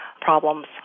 problems